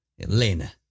Elena